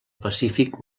pacífic